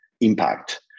impact